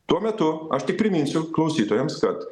tuo metu aš tik priminsiu klausytojams kad